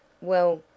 Well